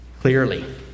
Clearly